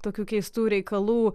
tokių keistų reikalų